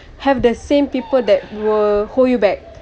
have the same people that will hold you back